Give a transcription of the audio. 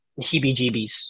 heebie-jeebies